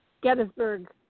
Gettysburg